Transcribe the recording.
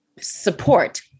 support